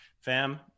fam